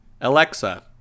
Alexa